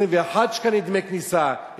יהיו 21 שקלים דמי כניסה,